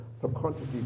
subconsciously